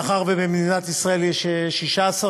מאחר שבמדינת ישראל יש 16,000